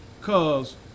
Cause